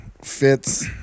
fits